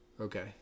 okay